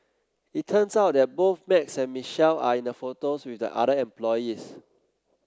it turns out that both Max and Michelle are in the photos with the other employees